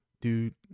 dude